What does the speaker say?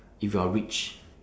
if you are rich